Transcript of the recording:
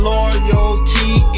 Loyalty